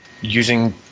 using